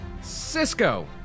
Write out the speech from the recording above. Cisco